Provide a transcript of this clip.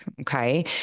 Okay